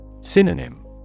Synonym